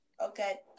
Okay